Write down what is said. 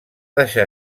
deixar